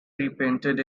repainted